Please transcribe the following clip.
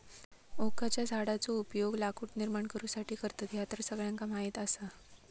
ओकाच्या झाडाचो उपयोग लाकूड निर्माण करुसाठी करतत, ह्या तर सगळ्यांका माहीत आसा